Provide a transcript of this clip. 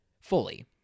fully